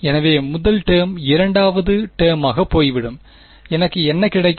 எனவே முதல் டேர்ம் இரண்டாவது டெர்மாக போய்விடும் எனக்கு என்ன கிடைக்கும்